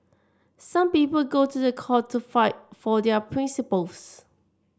some people go to the court to fight for their principles